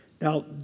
Now